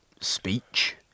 speech